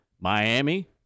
Miami